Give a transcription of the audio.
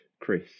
Chris